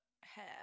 hair